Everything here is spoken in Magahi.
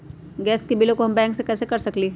गैस के बिलों हम बैंक से कैसे कर सकली?